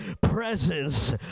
presence